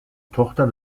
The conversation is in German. tochter